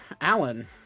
Alan